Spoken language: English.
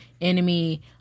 enemy